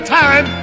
time